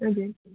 हजुर